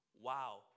Wow